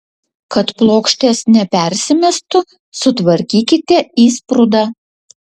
kad plokštės nepersimestų sutvarkykite įsprūdą